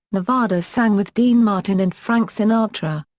nevada sang with dean martin and frank sinatra.